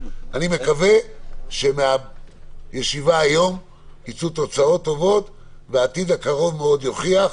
אני מקווה שמהישיבה היום יצאו תוצאות טובות והעתיד הקרוב מאוד יוכיח.